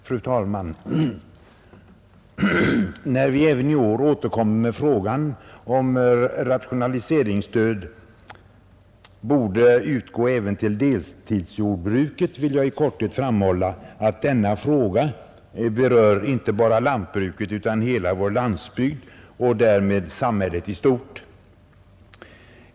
Fru talman! När vi även i år återkommer med frågan om att rationaliseringsstöd borde utgå även till deltidsjordbruket vill jag i korthet framhålla att denna fråga berör inte bara lantbruket utan hela vår landsbygd och därmed samhället i stort.